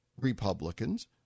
Republicans